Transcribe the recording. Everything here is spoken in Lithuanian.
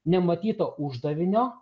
nematyto uždavinio